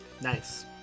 Nice